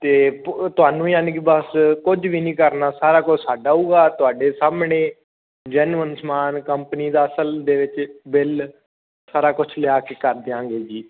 ਅਤੇ ਤੁ ਤੁਹਾਨੂੰ ਯਾਨੀ ਕਿ ਬਸ ਕੁਝ ਵੀ ਨਹੀਂ ਕਰਨਾ ਸਾਰਾ ਕੁਝ ਸਾਡਾ ਹੋਵੇਗਾ ਤੁਹਾਡੇ ਸਾਹਮਣੇ ਜੈਨੁਅਨ ਸਮਾਨ ਕੰਪਨੀ ਦਾ ਅਸਲ ਦੇ ਵਿੱਚ ਬਿੱਲ ਸਾਰਾ ਕੁਝ ਲਿਆ ਕੇ ਕਰ ਦਿਆਂਗੇ ਜੀ